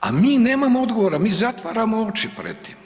a mi nemamo odgovora, mi zatvaramo oči pred tim.